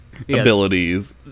abilities